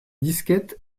disquette